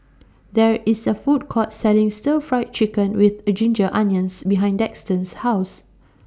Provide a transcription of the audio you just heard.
There IS A Food Court Selling Stir Fried Chicken with A Ginger Onions behind Daxton's House